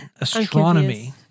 Astronomy